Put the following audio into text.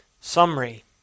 summary